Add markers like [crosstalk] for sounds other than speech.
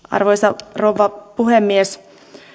[unintelligible] arvoisa rouva puhemies